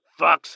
fucks